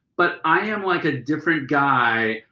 but i am like a different guy,